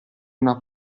una